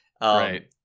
Right